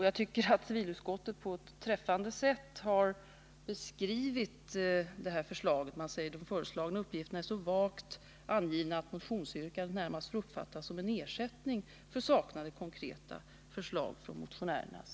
Jag tycker att civilutskottet på ett träffande sätt har beskrivit detta förslag när det säger att de föreslagna uppgifterna är så vagt angivna att motionsyrkandet närmast får uppfattas som en ersättning för saknade konkreta förslag från motionärerna.